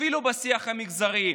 אפילו בשיח המגזרי.